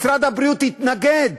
משרד הבריאות התנגד